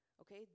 Okay